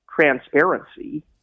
transparency